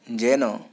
येन